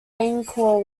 angkor